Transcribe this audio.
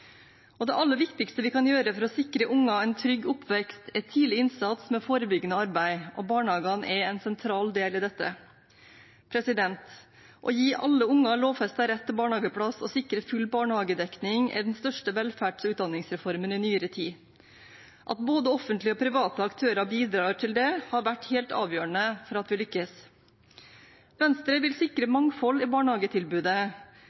utvikling. Det aller viktigste vi kan gjøre for å sikre unger en trygg oppvekst, er tidlig innsats med forebyggende arbeid, og barnehagene er en sentral del i dette. Å gi alle unger lovfestet rett til barnehageplass og sikre full barnehagedekning er den største velferds- og utdanningsreformen i nyere tid. At både offentlige og private aktører bidrar til det, har vært helt avgjørende for at vi lykkes. Venstre vil sikre